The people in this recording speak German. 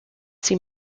sie